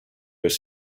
was